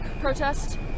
protest